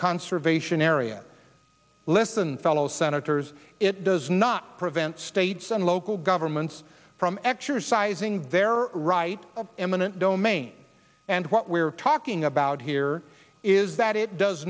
conservation area less than fellow senators it does not prevent states and local governments from exercising their right of eminent domain and what we're talking about here is that it does